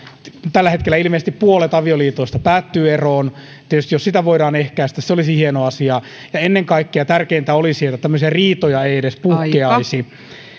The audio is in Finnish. tällä hetkellä ilmeisesti puolet avioliitoista päättyy eroon ja tietysti jos sitä voidaan ehkäistä se olisi hieno asia ja ennen kaikkea tärkeintä olisi että tämmöisiä riitoja ei ei edes puhkeaisi